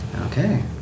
Okay